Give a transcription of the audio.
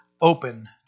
open